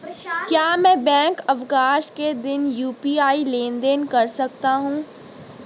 क्या मैं बैंक अवकाश के दिन यू.पी.आई लेनदेन कर सकता हूँ?